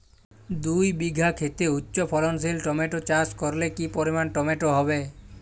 দুই বিঘা খেতে উচ্চফলনশীল টমেটো চাষ করলে কি পরিমাণ টমেটো হবে?